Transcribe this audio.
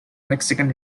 mexican